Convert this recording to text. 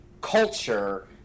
culture